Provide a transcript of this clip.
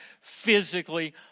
physically